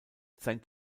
sein